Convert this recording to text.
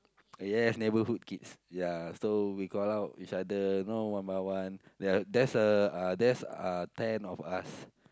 uh yes neighbourhood kids ya so we call out each other you know one by one there there's uh there's uh ten of us